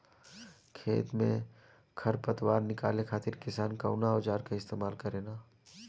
खेत में से खर पतवार निकाले खातिर किसान कउना औजार क इस्तेमाल करे न?